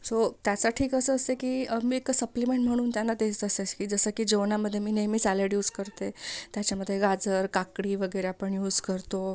so त्यासाठी कसं असतं की मी एक सप्लीमेंट म्हणून त्यांना ते जसं की जेवणामध्ये मी नेहमी सॅलड यूज करते त्याच्यामध्ये गाजर काकडी वगैरे आपण यूज करतो